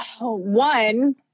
One